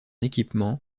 équipement